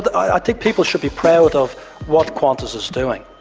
but i think people should be proud of what qantas is doing.